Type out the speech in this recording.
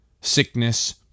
sickness